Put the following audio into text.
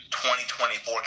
2024